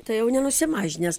tai jau nenusimažnęs